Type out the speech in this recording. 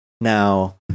Now